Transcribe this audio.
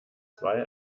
zwei